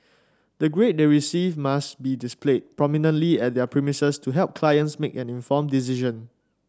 the grade they receive must be displayed prominently at their premises to help clients make an informed decision